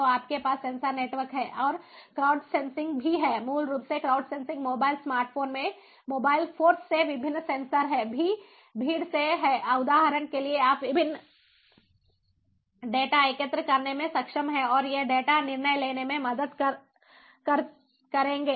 तो आपके पास सेंसर नेटवर्क है और क्राउड सेंसिंग भी है मूल रूप से क्राउड सेंसिंग मोबाइल स्मार्टफोन में मोबाइल फोर्स में विभिन्न सेंसर से भीड़ से है उदाहरण के लिए आप विभिन्न डेटा एकत्र करने में सक्षम हैं और ये डेटा निर्णय लेने में मदद करेंगे